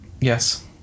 Yes